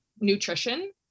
nutrition